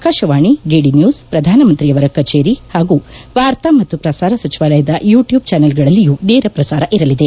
Akashvani DD news ಪ್ರಧಾನಮಂತ್ರಿಯವರ ಕಚೇರಿ ಹಾಗೂ ವಾರ್ತಾ ಮತ್ತು ಪ್ರಸಾರ ಸಚಿವಾಲಯದ ಯೂಟ್ಯೂಬ್ ಜಾನೆಲ್ಗಳಲ್ಲಿಯೂ ನೇರ ಪ್ರಸಾರ ಇರಲಿದೆ